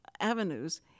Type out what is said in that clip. avenues